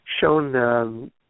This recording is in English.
shown